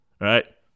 right